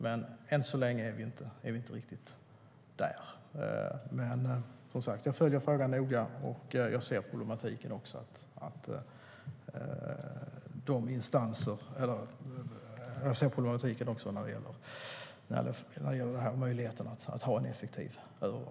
Men än så länge är vi inte riktigt där. Som sagt: Jag följer frågan noga, och jag ser problematiken när det gäller möjligheten att ha en effektiv övervakning.